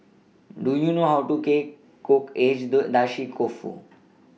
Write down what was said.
Do YOU know How to Cake Cook